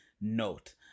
note